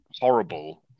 horrible